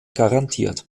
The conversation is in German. garantiert